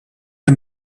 had